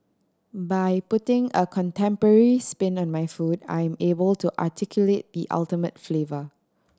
by putting a contemporary spin on my food I am able to articulate the ultimate flavour